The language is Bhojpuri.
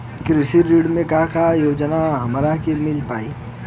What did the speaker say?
कृषि ऋण मे का का योजना हमरा के मिल पाई?